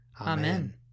Amen